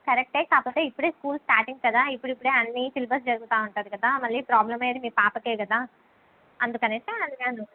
correct ఏ కాకపోతే ఇప్పుడే స్కూల్ స్టార్టింగ్ కదా ఇప్పుడు ఇప్పుడే అన్నీ సిలబస్ జరుగుతూ ఉంటుంది కదా మళ్ళీ ప్రాబ్లెమ్ అయ్యేది మీ పాపకే కదా అందుకనే అడిగాను